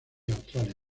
australia